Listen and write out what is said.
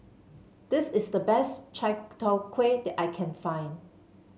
this is the best Chai Tow Kway that I can find